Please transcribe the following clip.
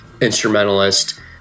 instrumentalist